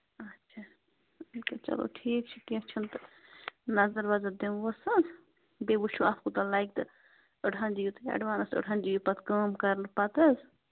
اَچھا چَلو ٹھیٖک چھُ کیٚنٛہہ چھُنہٕ تہٕ نظر وَظر دِمہوس حظ بیٚیہِ وٕچھو اَتھ کوٗتاہ لَگہِ تہٕ أڑہَن دِیِو تُہۍ اٮ۪ڈوانٕس أڑہَن دِیو پتہٕ کٲم کرنہٕ پتہٕ حظ